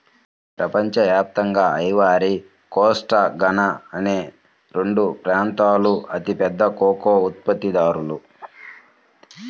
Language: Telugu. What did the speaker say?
ప్రపంచ వ్యాప్తంగా ఐవరీ కోస్ట్, ఘనా అనే రెండు ప్రాంతాలూ అతిపెద్ద కోకో ఉత్పత్తిదారులు